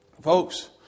Folks